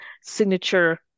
signature